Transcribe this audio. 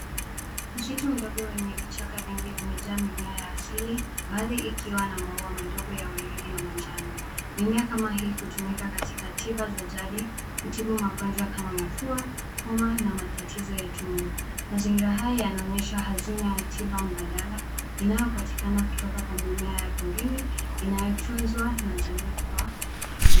Msitu mdogo wenye vichaka vingi umejaa mimea ya asili baadhi ikiwa na maua madogo ya waridi na manjano. Mimea kama hii hutumika katika tiba za jadi kutibu magonjwa kama mafua, homa na matatizo ya tumbo. Mazingira haya yanaonyesha hazina ya tiba mbadala inayopatikana kutoka kwa mimea ya porini inayotunzwa na jamii kwa vi.